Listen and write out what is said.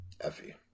Effie